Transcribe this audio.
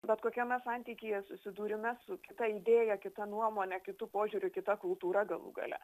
bet kokiame santykyje susidūrime su kita idėja kita nuomone kitu požiūriu kita kultūra galų gale